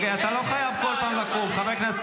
ודווקא היום, דווקא היום --- הפלג הירושלמי.